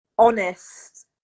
honest